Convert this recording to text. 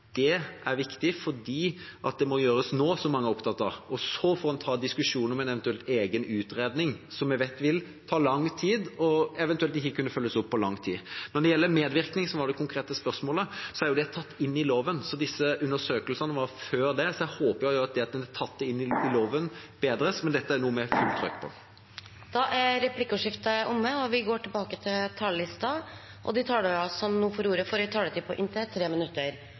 fordi det må gjøres nå, noe mange er opptatt av, og så får en ta diskusjonen om en eventuell egen utredning, som jeg vet vil ta lang tid og ikke vil kunne følges opp på lang tid. Når det gjelder medvirkning, som var det konkrete spørsmålet, er det tatt inn i loven, og disse undersøkelsene var før det. Jeg håper at det at det er tatt inn i loven, gjør at det bedres, men det er noe vi må se på. Replikkordskiftet er omme. De talerne som heretter får ordet, har en taletid på inntil 3 minutter.